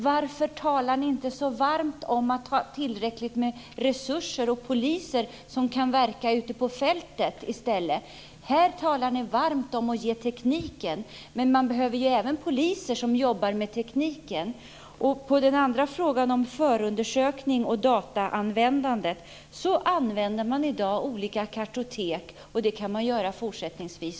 Varför talar ni inte så varmt om att man i stället skall ha tillräckligt med resurser och poliser som kan verka ute på fältet? Ni vill ge tekniken till polisen, men man behöver ju även poliser som jobbar med tekniken. När det gäller den andra frågan om förundersökning och datoranvändande använder man i dag olika kartotek, och det kan man göra också fortsättningsvis.